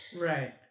Right